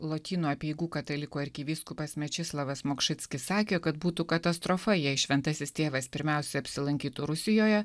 lotynų apeigų katalikų arkivyskupas mečislovas mokčickis sakė kad būtų katastrofa jei šventasis tėvas pirmiausiai apsilankytų rusijoje